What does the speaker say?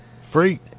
Free